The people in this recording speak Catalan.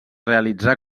realitzar